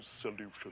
solution